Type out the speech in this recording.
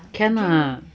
can lah